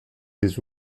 des